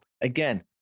Again